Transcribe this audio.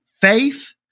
faith